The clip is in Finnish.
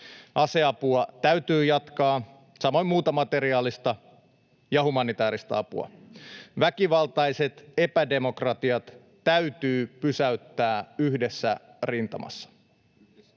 Aseapua täytyy jatkaa, samoin muuta materiaalista ja humanitääristä apua. Väkivaltaiset epädemokratiat täytyy pysäyttää yhdessä rintamassa.